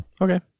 Okay